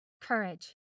courage